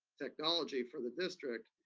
technology for the district,